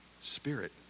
spirit